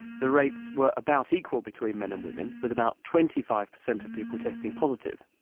the rates were about equal between men and women, with about twenty five percent of people testing positive.